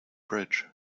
bridge